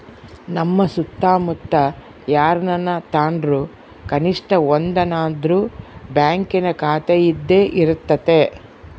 ನಮ್ಮ ಸುತ್ತಮುತ್ತ ಯಾರನನ ತಾಂಡ್ರು ಕನಿಷ್ಟ ಒಂದನಾದ್ರು ಬ್ಯಾಂಕಿನ ಖಾತೆಯಿದ್ದೇ ಇರರ್ತತೆ